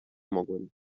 mogłem